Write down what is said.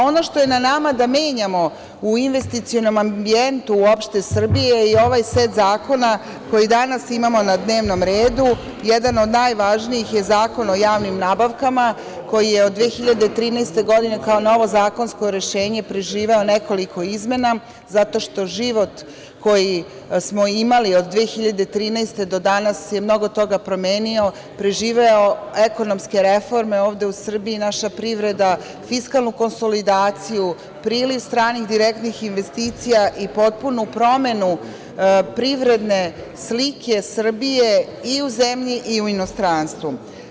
Ono što je na nama da menjamo u investicionom ambijentu Srbije i ovaj set zakona koji danas imamo na dnevnom redu, jedan od najvažnijih je Zakon o javnim nabavkama, koji je od 2013. godine, kao novo zakonsko rešenje preživeo nekoliko izmena zato što život koji smo imali od 2013. do danas je mnogo toga promenio, preživeo ekonomske reforme ovde u Srbiji, naša privreda fiskalnu konsolidaciju, priliv stranih direktnih investicija i potpunu promenu privredne slike Srbije i u zemlji i inostranstvu.